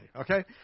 okay